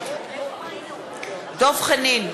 נגד דב חנין,